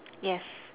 yes